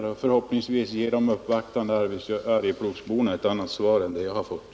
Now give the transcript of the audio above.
Det är min förhoppning att statsrådet ger de uppvaktande arjeplogsborna ett annat svar än det jag här har fått.